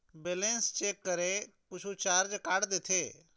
Balance check करें कुछू charge काट देथे?